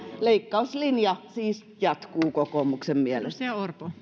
leikkauslinja siis jatkuu kokoomuksen mielestä